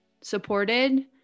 supported